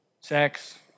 sex